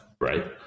Right